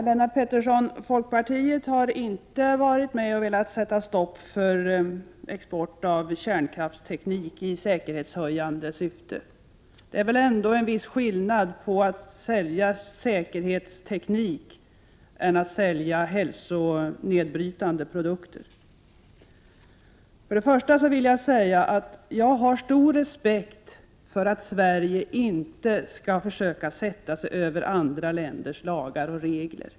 Herr talman! Folkpartiet har inte velat sätta stopp för export av kärnkraftsteknik i säkerhetshöjande syfte, Lennart Pettersson. Det är väl ändå en viss skillnad mellan att sälja säkerhetsteknik och att sälja hälsonedbrytande produkter? Jag vill först och främst säga att jag har stor respekt för principen att Sverige inte skall försöka sätta sig över andra länders lagar och regler.